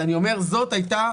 אני אומר שזאת הייתה